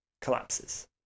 collapses